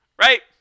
Right